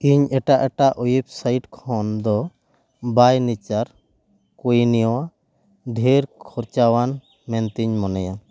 ᱤᱧ ᱮᱴᱟᱜ ᱮᱴᱟᱜ ᱳᱭᱮᱵᱽᱥᱟᱭᱤᱴ ᱠᱷᱚᱱᱫᱚ ᱵᱟᱭ ᱱᱮᱪᱟᱨ ᱠᱩᱭᱱᱤᱭᱚ ᱰᱷᱮᱨ ᱠᱷᱚᱨᱪᱟᱣᱟᱱ ᱢᱮᱱᱛᱮᱧ ᱢᱚᱱᱮᱭᱟ